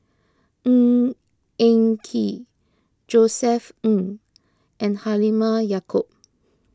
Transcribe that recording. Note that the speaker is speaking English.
Ng Eng Kee Josef Ng and Halimah Yacob